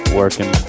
working